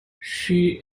she